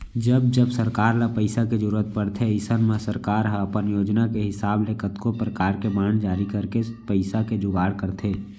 जब जब सरकार ल पइसा के जरूरत परथे अइसन म सरकार ह अपन योजना के हिसाब ले कतको परकार के बांड जारी करके पइसा के जुगाड़ करथे